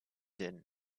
din